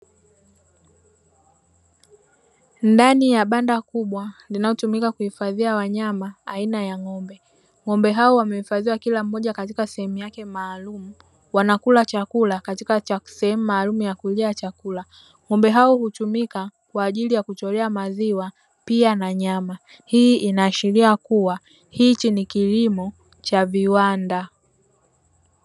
Ndani ya banda kubwa linalotumika kuhifadhia wanyama aina ya ng'ombe. Ng'ombe hao wamehifadhiwa kila mmoja katika sehemu yake maalumu, wanakula chakula katika sehemu maalumu ya kulia chakula. Ng'ombe hao hutumika kwa ajili ya kutolea maziwa pia na nyama. Hii inaashiria kuwa hichi ni kilimo cha viwanda.